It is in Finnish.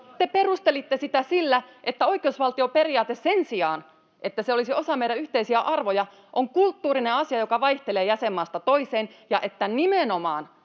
Te perustelitte sitä sillä, että oikeusvaltioperiaate sen sijaan, että se olisi osa meidän yhteisiä arvojamme, on kulttuurinen asia, joka vaihtelee jäsenmaasta toiseen, ja että sitä nimenomaan